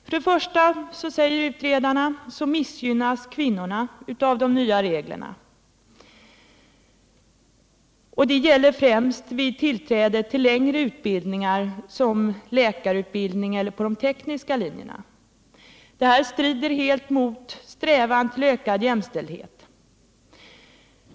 För det första, säger utredarna, missgynnas kvinnorna av de nya reglerna, främst vid tillträdet till längre utbildningar som läkarutbildning, och de tekniska linjerna. Detta strider helt mot strävan till ökad jämställdhet.